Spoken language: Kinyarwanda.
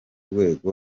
rwego